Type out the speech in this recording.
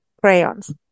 crayons